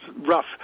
rough